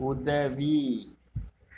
உதவி